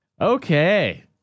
Okay